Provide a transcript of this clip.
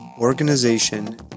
organization